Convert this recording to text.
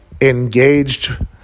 engaged